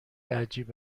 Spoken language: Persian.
عجیب